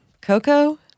Coco